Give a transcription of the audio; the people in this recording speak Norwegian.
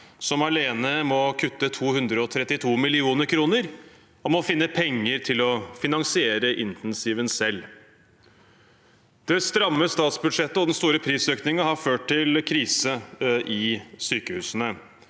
som alene må kutte 232 mill. kr, om å finne penger til å finansiere intensiven selv. Det stramme statsbudsjettet og den store prisøkningen har ført til krise i sykehusene.